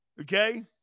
Okay